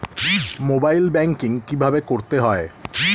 Mobile banking কীভাবে করতে হয়?